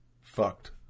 fucked